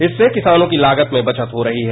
इससे किसानों की लागत में बचत हो रही है